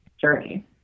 journey